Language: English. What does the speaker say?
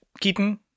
Keaton